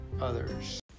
others